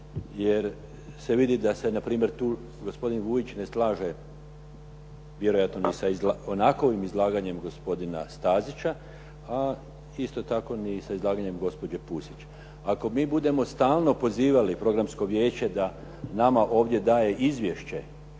jer se vidi da se na primjer tu gospodin Vujić ne slaže vjerojatno ni sa onakovim izlaganjem gospodina Stazića a isto tako ni sa izlaganjem gospođe Pusić. Ako mi budemo stalno pozivali Programsko vijeće da nama ovdje daje izvješće